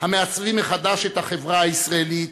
המעצבים מחדש את החברה הישראלית,